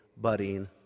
budding